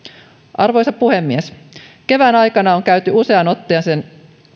arvoisa puhemies kevään aikana on käyty useaan otteeseen